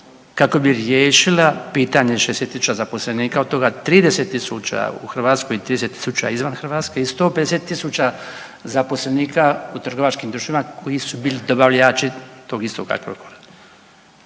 kako bi riješila pitanje 60.000 zaposlenika, od toga 30.000 u Hrvatskoj i 30.000 izvan Hrvatske i 150.000 zaposlenika u trgovačkim društvima koji su bili dobavljači tog istog Agrokora.